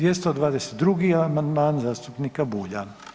222. amandman zastupnika Bulja.